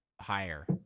higher